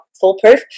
foolproof